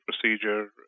procedure